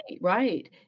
right